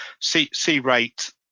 C-rate